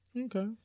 okay